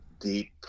deep